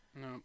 No